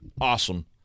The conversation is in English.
awesome